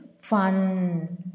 fun